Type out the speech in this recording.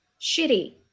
shitty